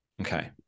okay